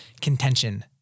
contention